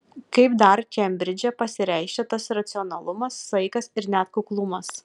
kaip dar kembridže pasireiškia tas racionalumas saikas ir net kuklumas